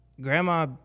Grandma